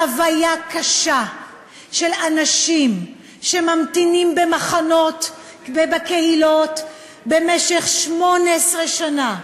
חוויה קשה של אנשים שממתינים במחנות ובקהילות במשך 18 שנה,